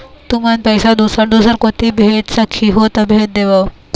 तुमन पैसा दूसर दूसर कोती भेज सखीहो ता भेज देवव?